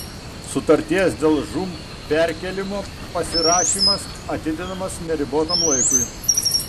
sutarties dėl žūm perkėlimo pasirašymas atidedamas neribotam laikui